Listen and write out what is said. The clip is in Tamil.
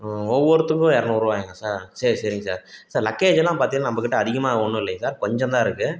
ஒவ்வொருத்தருக்கும் இரநூறுவாயாங்க சார் சரி சரிங்க சார் சார் லக்கேஜுலாம் பார்த்தீங்கன்னா நம்மக்கிட்ட அதிகமாக ஒன்றும் இல்லைங்க சார் கொஞ்சம் தான் இருக்குது